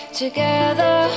together